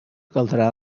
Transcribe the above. caldrà